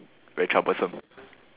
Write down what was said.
very troublesome